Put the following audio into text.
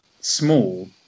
small